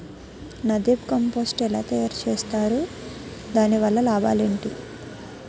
NADEP compost ఎలా తయారు చేస్తారు? దాని వల్ల లాభాలు ఏంటి?